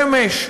שמש,